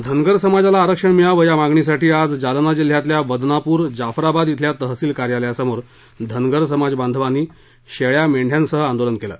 धनगर समाजाला आरक्षण मिळावं या मागणीसाठी आज जालना जिल्ह्यातल्या बदनापूर जाफराबाद श्रेल्या तहसील कार्यालयासमोर धनगर समाजबांधवांनी शेळा मेंद्र्यासह आंदोलन केलं